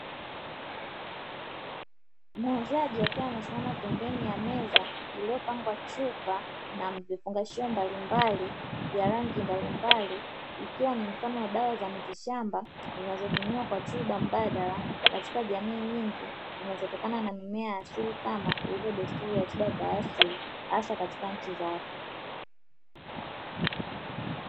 Muuzaji akiwa amesimama pembeni ya meza iliyopangwa chupa na vifungashio mbalimbali vya rangi mbalimbali, ikiwa ni mfano wa dawa za mitishamba zinazotumiwa kwa tiba mbadala katika jamii nyingi zinazotokana na mimea ya asili kama ilivyo desturi ya tiba za asili hasa katika nchi za Afrika.